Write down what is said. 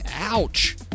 ouch